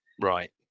Right